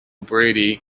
brady